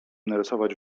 narysować